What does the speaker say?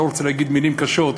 אני לא רוצה להגיד מילים קשות,